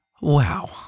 Wow